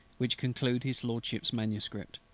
which conclude his lorship's manuscript.